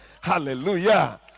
Hallelujah